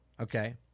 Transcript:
okay